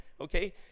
Okay